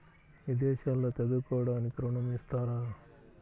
విదేశాల్లో చదువుకోవడానికి ఋణం ఇస్తారా?